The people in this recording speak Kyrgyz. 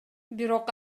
бирок